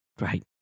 Right